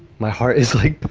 my heart is like